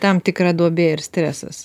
tam tikra duobė ir stresas